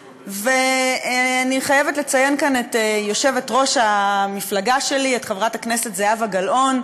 אני חייבת לציין כאן את יושבת-ראש המפלגה שלי חברת הכנסת זהבה גלאון,